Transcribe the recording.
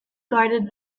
guarded